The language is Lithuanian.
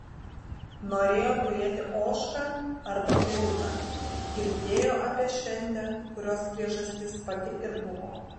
norėjo turėti ožką arba ėriuką girdėjo apie šventę kurios priežastis pati ir buvo